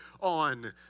on